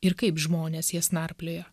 ir kaip žmonės jas narplioja